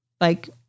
like-